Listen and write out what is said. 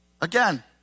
Again